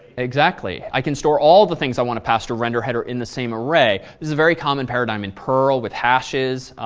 exactly. i can store all the things i want to pass through renderheader in the same array. it is a very common paradigm in perl, with hashes,